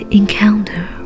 encounter